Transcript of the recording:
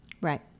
Right